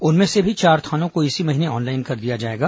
उनमे से भी चार थानों को इसी महीने ऑनलाइन कर दिया जाएगा